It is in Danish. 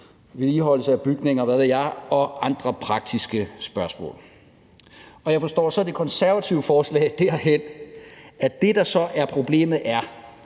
vedligeholdelse af bygninger, hvad ved jeg, og andre praktiske spørgsmål. Jeg forstår så det konservative forslag derhen, at det, der så er problemet, er,